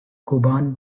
kuban